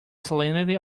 salinity